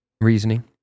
reasoning